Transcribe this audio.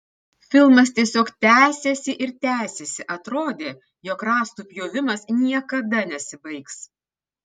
filmas tiesiog tęsėsi ir tęsėsi atrodė jog rąstų pjovimas niekada nesibaigs